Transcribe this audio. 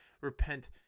repent